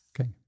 Okay